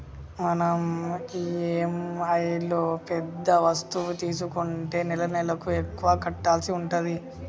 మనం ఇఎమ్ఐలో పెద్ద వస్తువు తీసుకుంటే నెలనెలకు ఎక్కువ కట్టాల్సి ఉంటది